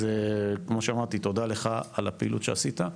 אז כמו שאמרתי, תודה לך על הפעילות שעשית,